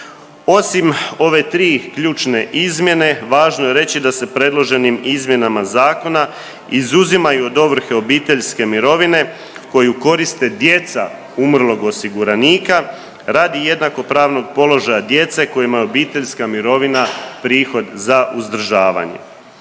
Osim ove tri ključne izmjene važno je reći da se predloženim izmjenama zakona izuzimaju iz ovrhe obiteljske mirovine koju koriste djeca umrlog osiguranika radi jednakopravnog položaja djece kojima je obiteljska mirovina prihod za uzdržavanje.